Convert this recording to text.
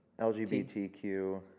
LGBTQ